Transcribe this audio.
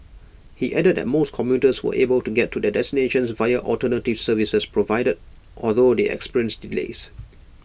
he added that most commuters were able to get to their destinations via alternative services provided although they experienced delays